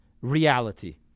reality